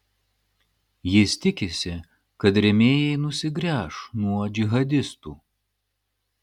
jis tikisi kad rėmėjai nusigręš nuo džihadistų